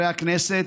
חברי הכנסת,